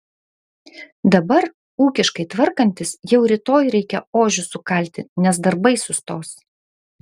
dabar ūkiškai tvarkantis jau rytoj reikia ožius sukalti nes darbai sustos